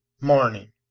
MORNING